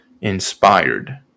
inspired